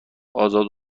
ازاد